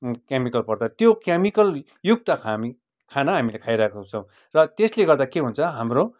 chemical पर्दा त्यो केमिकलयुक्त हामी खाना हामीले खाइरहेको छौँ र त्यसले गर्दा के हुन्छ हाम्रो